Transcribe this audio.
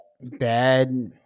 Bad